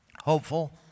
hopeful